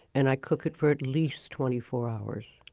and i cook it for at least twenty four hours.